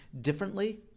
differently